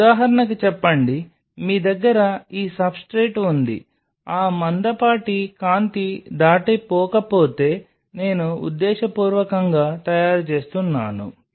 ఇప్పుడు ఉదాహరణకు చెప్పండి మీ దగ్గర ఈ సబ్స్ట్రేట్ ఉంది ఆ మందపాటి కాంతి దాటిపోకపోతే నేను ఉద్దేశపూర్వకంగా తయారు చేస్తున్నాను